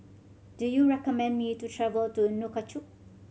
do you recommend me to travel to Nouakchott